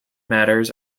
matters